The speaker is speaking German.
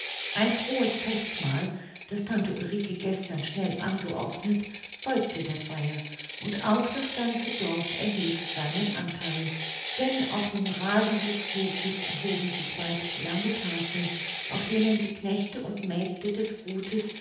ein frohes festmahl das tante ulrike gestern schnell angeordnet folgte der feier und auch das ganze dorf erhielt seinen antheil denn auf dem rasen des hofes erhoben sich bald lange tafeln auf denen die knechte und mägde des gutes